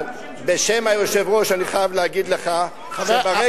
בשם היושב-ראש אני חייב להגיד לך שברגע